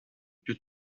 più